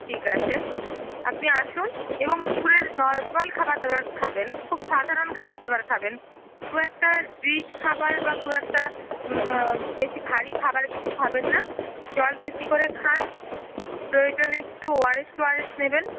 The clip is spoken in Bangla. ঠিক আছে আপনি আসুন এবং দুপুরে নর্মাল খাবারদাবার খাবেন খুব সাধারণ খাবার দাবার খাবেন খুব একটা রিচ খাবার বা খুব একটা বেশি ভারি খাবার কিছু খাবেন না জল বেশি করে খান প্রয়োজনে একটু ওআরএস টোয়ারেস নেবেন